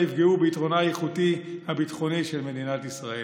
יפגעו ביתרונה האיכותי הביטחוני של מדינת ישראל.